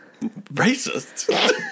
Racist